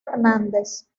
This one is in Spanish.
hernández